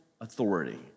authority